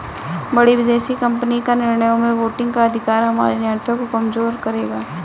बड़ी विदेशी कंपनी का निर्णयों में वोटिंग का अधिकार हमारे नियंत्रण को कमजोर करेगा